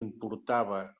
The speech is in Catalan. importava